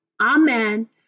amen